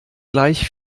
gleich